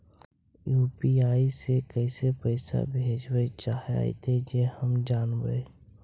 UPI से कैसे पैसा भेजबय चाहें अइतय जे हम जानबय?